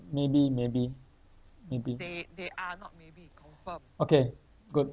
maybe maybe maybe okay good